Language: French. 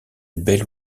belle